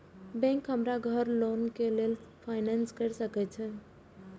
Bank हमरा घर loan के लेल फाईनांस कर सके छे?